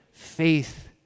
Faith